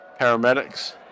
paramedics